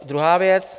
Druhá věc.